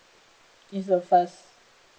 is the first